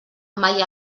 mai